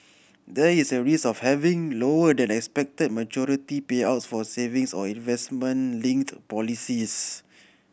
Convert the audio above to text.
there is a risk of having lower than expected maturity payouts for savings or investment linked policies